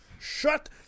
shut